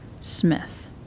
Smith